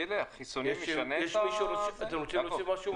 אתם רוצים להוסיף משהו?